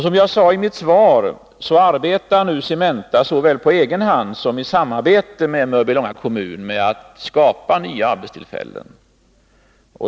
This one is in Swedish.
Som jag sade i mitt svar arbetar Cementa såväl på egen hand som i samarbete med Mörbylånga kommun med att skapa nya arbetstillfällen.